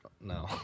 No